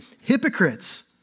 hypocrites